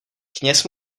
kněz